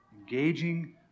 Engaging